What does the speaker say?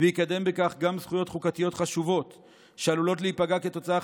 ויקדם בכך גם זכויות חוקתיות חשובות שעלולות להיפגע כתוצאה,